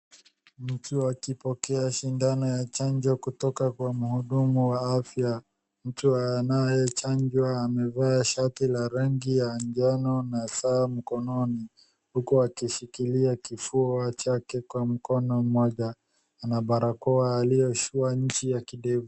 Mtu akipokea sindano ya chanjo kutoka kwa mhudumu wa afya. Mtu anaye chanjwa amevaa shati la rangi ya njano na saa mkononi huku akishikilia kifua chake kwa mkono mmoja ana barakoa aliyoshua nchi ya kidevu.